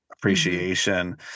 appreciation